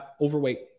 overweight